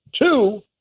Two